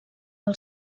del